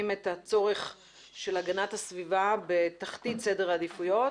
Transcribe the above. את הצורך של הגנת הסביבה בתחתית סדר העדיפויות